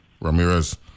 Ramirez